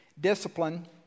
discipline